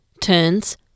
turns